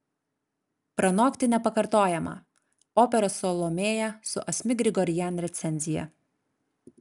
pranokti nepakartojamą operos salomėja su asmik grigorian recenzija